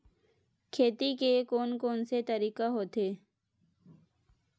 खेती के कोन कोन से तरीका होथे?